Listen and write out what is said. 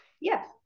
Yes